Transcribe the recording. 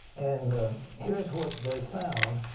and here is what they found.